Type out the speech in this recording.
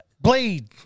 Blade